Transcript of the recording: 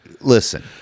Listen